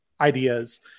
ideas